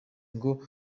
ngo